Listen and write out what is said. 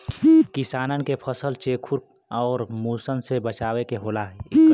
किसानन के फसल चेखुर आउर मुसन से बचावे के होला